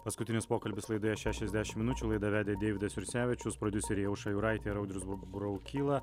paskutinis pokalbis laidoje šešiasdešimt minučių laidą vedė deividas jursevičius prodiuseriai aušra juraitė ir audrius braukyla